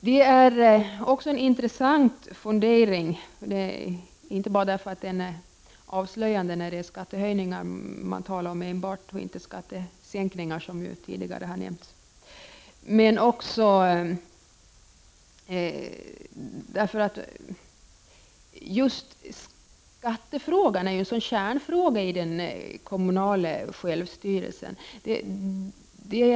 Det är också en intressant fundering, inte bara därför att den är avslöjande när det enbart talas om skattehöjningar och inte om skattesänkningar, som tidigare har nämnts, utan också därför att skattefrågan är en kärnfråga i den kommunala självstyrelsen.